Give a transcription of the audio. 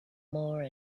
more